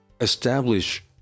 establish